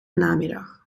namiddag